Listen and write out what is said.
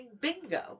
Bingo